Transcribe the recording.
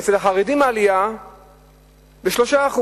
אצל החרדים העלייה היא ב-3%.